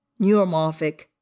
neuromorphic